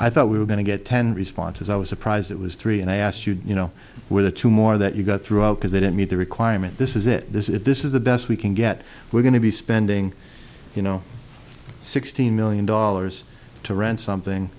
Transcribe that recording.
i thought we were going to get ten responses i was surprised it was three and i asked you you know where the two more that you got throughout because they didn't meet the requirement this is it this is this is the best we can get we're going to be spending you know sixteen million dollars to rent something